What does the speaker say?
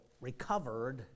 recovered